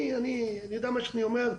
אני יודע מה שאני אומר,